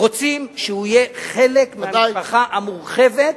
רוצים שהוא יהיה חלק מהמשפחה המורחבת,